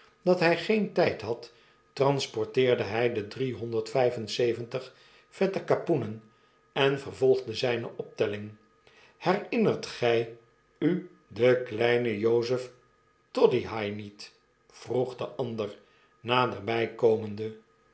dat hy geen tyd had transporteerde hy de driehonderd vyfenzeventig vette kapoenen en vervolgde zyne optelling herinnert gs u den kleinen jozef toddyhigh niet meer vroeg de ander naderby komende